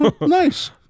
Nice